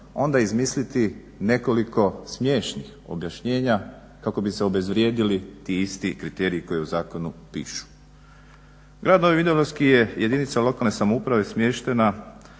onda izmisliti nekoliko smiješnih objašnjenja kako bi se obezvrijedili ti isti kriteriji koji u zakonu pišu. Grad Novi vinodolski je jedinica lokalne samouprave smještena